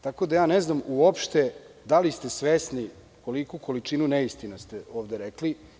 Tako da ne znam uopšte da li ste svesni koliku količinu neistina ste rekli.